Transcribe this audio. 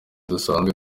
dusanzwe